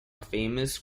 famous